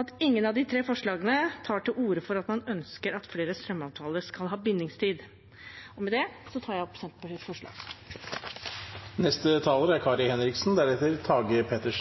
at ingen av de tre forslagene tar til orde for at man ønsker at flere strømavtaler skal ha bindingstid. Med det anbefaler jeg